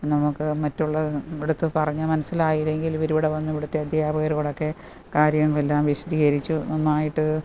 നമുക്ക് മറ്റുള്ള ഇവിടത്ത് പറഞ്ഞു മനസ്സിലായില്ലെങ്കിൽ ഇവരിവിടെ വന്ന് ഇവിടുത്തെ അധ്യാപകരോടൊക്കെ കാര്യങ്ങളെല്ലാം വിശധീകരിച്ചു നന്നായിട്ട്